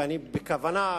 ואני בכוונה,